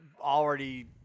already